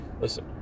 Listen